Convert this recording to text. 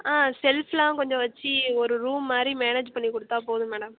ஆ செல்ஃபெல்லாம் கொஞ்சம் வச்சு ஒரு ரூம் மாதிரி மேனேஜ் பண்ணி கொடுத்தா போதும் மேடம்